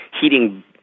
heating